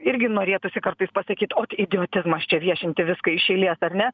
irgi norėtųsi kartais pasakyt ot idiotizmas čia viešinti viską iš eilės ar ne